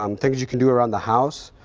um things you can do around the house,